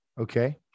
Okay